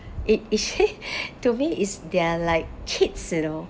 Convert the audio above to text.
it actually to me is they're like kids you know